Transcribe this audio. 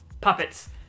puppets